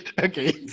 Okay